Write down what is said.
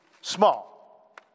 small